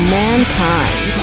mankind